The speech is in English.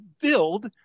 build